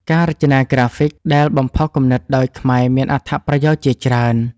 ការរចនាក្រាហ្វិកដែលបំផុសគំនិតដោយខ្មែរមានអត្ថប្រយោជន៍ជាច្រើន។